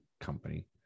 company